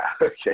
Okay